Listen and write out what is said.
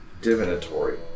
divinatory